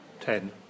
Ten